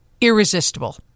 irresistible